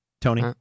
Tony